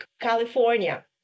California